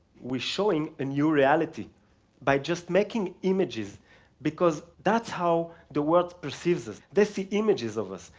we're showing a new reality by just making images because that's how the world perceives us. they see images of us,